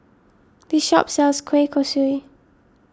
this shop sells Kueh Kosui